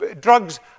drugs